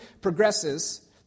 progresses